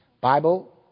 Bible